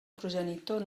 progenitor